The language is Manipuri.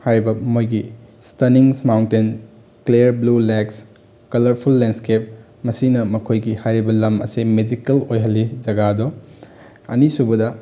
ꯍꯥꯏꯕ ꯃꯣꯏꯒꯤ stunning mountain clear blue lakes colourful landscape ꯃꯁꯤꯅ ꯃꯈꯣꯏꯒꯤ ꯍꯥꯏꯔꯤꯕ ꯂꯝ ꯑꯁꯦ ꯃꯦꯖꯤꯀꯦꯜ ꯑꯣꯏꯍꯜꯂꯤ ꯖꯒꯥꯗꯣ ꯑꯅꯤꯁꯨꯕꯗ